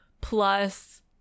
plus